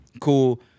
Cool